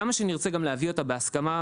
כמה שנרצה גם להביא אותה בהסכמה,